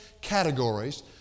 categories